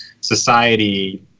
society